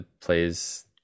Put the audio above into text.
plays